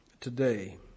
today